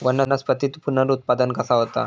वनस्पतीत पुनरुत्पादन कसा होता?